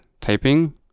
typing